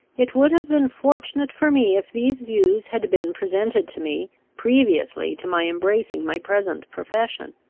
it would have been fortunate for me if these views had been presented to me, previously to my embracing my present profession.